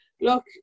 look